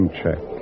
check